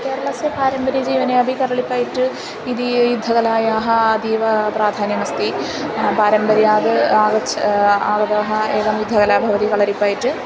केरळस्य पारम्पर्यजीवने अपि कळरिपयिट् इति युद्धकलायाः अतीव प्राधान्यमस्ति पारम्पर्यात् आगच्छ् आगताः एवं युद्धकला भवति कलरिपयट्